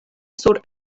sur